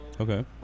Okay